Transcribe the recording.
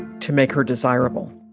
to make her desirable